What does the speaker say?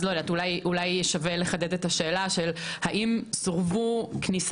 אולי שווה לחדד את השאלה של האם סירבו להכניס